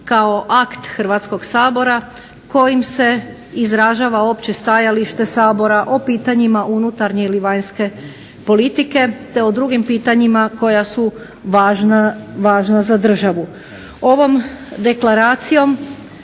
kao akt Hrvatskog sabora kojim se izražava opće stajalište Sabora o pitanjima unutarnje ili vanjske politike, te o drugim pitanjima koja su važna za državu.